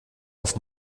auf